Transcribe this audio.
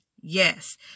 Yes